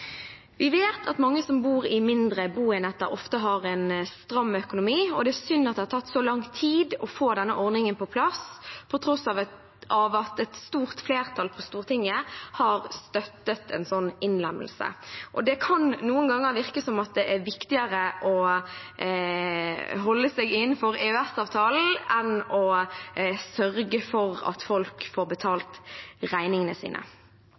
en stram økonomi, og det er synd at det har tatt så lang tid å få denne ordningen på plass, på tross av at et stort flertall på Stortinget har støttet en sånn innlemmelse. Det kan noen ganger virke som det er viktigere å holde seg innenfor EØS-avtalen enn å sørge for at folk får betalt regningene sine.